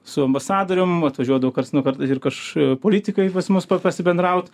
su ambasadorium atvažiuodavo karts nuo karto ir kaš politikai pas mus paprasti bendraut